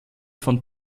von